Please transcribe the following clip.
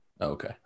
Okay